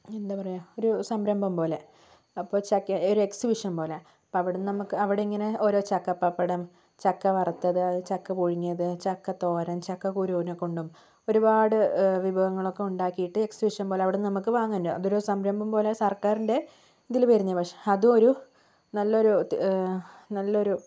എന്താ പറയുക ഒരു സംരംഭം പോലെ അപ്പോൾ ചക്ക ഒരു എക്സിബിഷൻ പോലെ അപ്പോൾ അവിടുന്ന് നമുക്ക് അവിടെങ്ങനെ ഓരോ ചക്ക പപ്പടം ചക്ക വറുത്തത് ചക്ക പുഴുങ്ങിയത് ചക്കത്തോരൻ ചക്കക്കുരുവിനെക്കൊണ്ടും ഒരുപാട് വിഭവങ്ങൾ ഒക്കെ ഉണ്ടാക്കിയിട്ട് എക്സിബിഷൻ പോലെ അവിടെ നമുക്ക് വാങ്ങാൻ അതൊരു സംരംഭം പോലെ സർക്കാരിന്റെ ഇതില് വരുന്ന പക്ഷേ അതൊരു നല്ലൊരു നല്ലൊരു